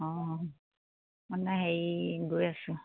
অঁ মানে হেৰি গৈ আছোঁ